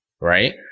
right